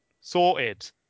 Sorted